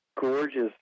gorgeous